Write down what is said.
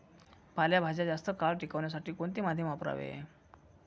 पालेभाज्या जास्त काळ टिकवण्यासाठी कोणते माध्यम वापरावे?